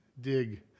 dig